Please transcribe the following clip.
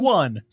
one